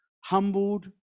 humbled